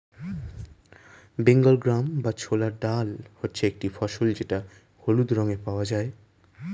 Bengal gram বা ছোলার ডাল হচ্ছে একটি ফসল যেটা হলুদ রঙে পাওয়া যায়